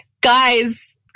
guys